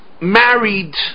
married